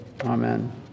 amen